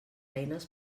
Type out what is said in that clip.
eines